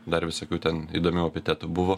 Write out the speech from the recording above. dar visokių ten įdomių epitetų buvo